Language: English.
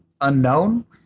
unknown